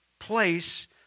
place